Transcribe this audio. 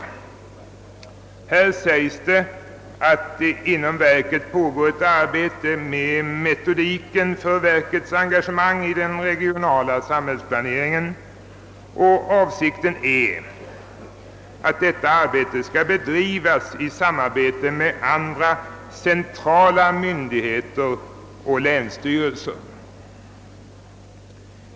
Det uttalas i förslaget att det inom verket pågår ett arbete med metodiken för verkets engagemang i den regionala samhällsplaneringen och att den senare verksamheten avses skola bedrivas isamverkan med andra centrala myndigheter och länsstyrelser.